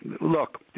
Look